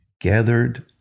gathered